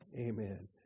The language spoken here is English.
Amen